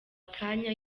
akanya